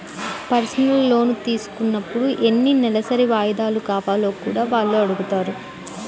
personal loan తీసుకున్నప్పుడు ఎన్ని నెలసరి వాయిదాలు కావాలో కూడా వాళ్ళు అడుగుతారు